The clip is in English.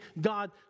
God